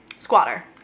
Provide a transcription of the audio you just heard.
Squatter